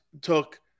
took